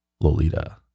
Lolita